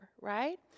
right